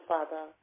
Father